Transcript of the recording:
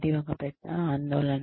అది ఒక పెద్ద ఆందోళన